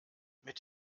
mit